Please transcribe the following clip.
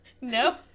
Nope